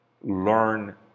learn